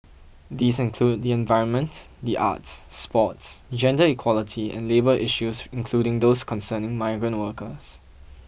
these include the environment the arts sports gender equality and labour issues including those concerning migrant workers